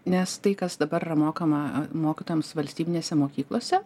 nes tai kas dabar yra mokama mokytojams valstybinėse mokyklose